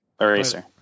Eraser